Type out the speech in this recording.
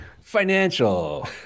financial